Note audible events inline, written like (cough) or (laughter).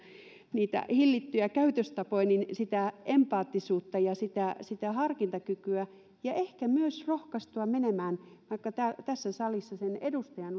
niitä hillittyjä käytöstapoja myös sitä empaattisuutta ja sitä harkintakykyä ja ehkä myös rohkaistua menemään vaikka tässä salissa sen edustajan (unintelligible)